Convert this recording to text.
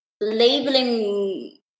Labeling